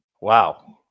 Wow